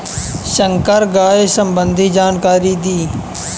संकर गाय संबंधी जानकारी दी?